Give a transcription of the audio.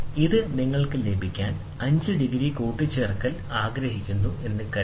ഇത് നിങ്ങൾക്ക് ലഭിക്കാൻ 5 ഡിഗ്രി കൂട്ടിച്ചേർക്കലാണ് ആഗ്രഹിക്കുന്നതെന്ന് കരുതുക